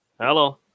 Hello